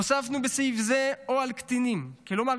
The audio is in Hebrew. הוספנו בסעיף זה: "או על קטינים" כלומר,